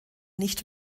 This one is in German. nicht